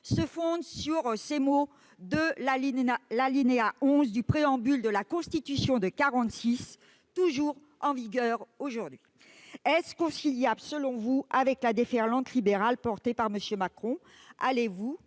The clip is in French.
se fonde sur ce onzième alinéa du préambule de la Constitution de 1946, lequel est toujours en vigueur aujourd'hui. Est-il conciliable, selon vous, avec la déferlante libérale portée par M. Macron ?